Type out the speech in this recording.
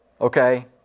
okay